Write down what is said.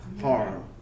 harm